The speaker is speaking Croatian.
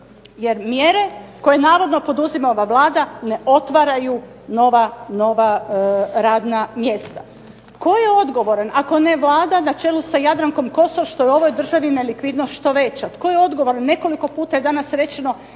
Jer mjere koje navodno poduzima ova Vlada ne otvaraju nova radna mjesta. Tko je odgovoran ako ne Vlada na čelu sa Jadrankom Kosor što je ovoj državi nelikvidnost što veća? Tko je odgovoran? Nekoliko puta je danas rečeno